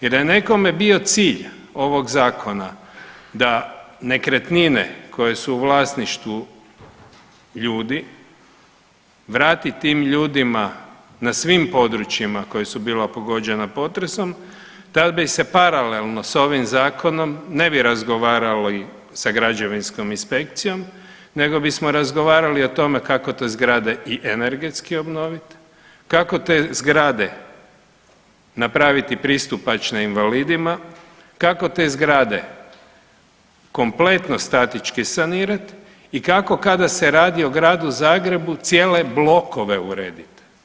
Jer da je nekome bio cilj ovog Zakona da nekretnine koje su u vlasništvu ljudi, vrati tim ljudima na svim područjima koja su bila pogođena potresom, tad bi se paralelno s ovim Zakonom, ne bi razgovarali sa građevinskom inspekcijom, nego bismo razgovarali o tome kako te zgrade i energetski obnoviti, kako te zgrade napraviti pristupačne invalidima, kako te zgrade kompletno statički sanirati i kako kada se radi o Gradu Zagrebu cijele blokove urediti.